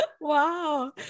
wow